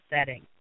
setting